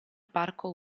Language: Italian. parco